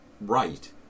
right